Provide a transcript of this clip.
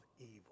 evil